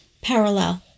parallel